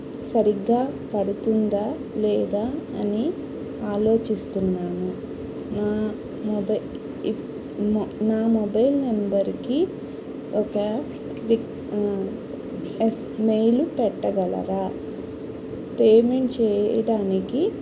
సరిగ్గా పడుతుందా లేదా అని ఆలోచిస్తున్నాను నా మొబై నా మొబైల్ నెంబర్కి ఒక విక్ ఎస్ మెయిలు పెట్టగలరా పేమెంట్ చేయటానికి